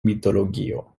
mitologio